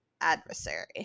adversary